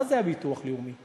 מה זה ביטוח לאומי?